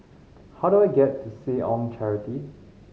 how do I get to Seh Ong Charity